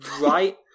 right